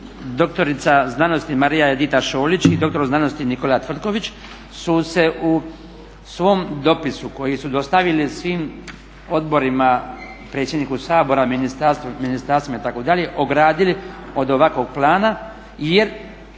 i to dr.sc. Marija Edita Šolić i dr.sc. Nikola Tvrtković su se u svom dopisu koji su dostavili svim odborima, predsjedniku Sabora, ministarstvima itd. ogradili od ovakvog plana jer